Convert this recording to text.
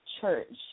church